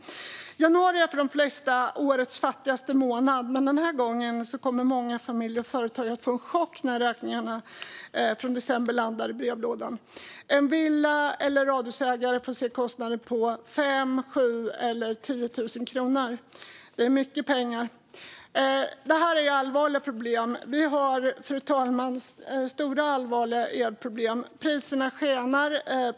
Januari är för de flesta årets fattigaste månad. Men den här gången kommer många familjer och företagare att få en chock när räkningarna för december landar i brevlådan. En villa eller radhusägare kommer att få se elkostnader på 5 000, 7 000 eller 10 000 kronor. Det är mycket pengar. Det här är allvarliga problem, fru talman. Vi har stora, allvarliga elproblem. Priserna skenar.